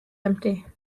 empty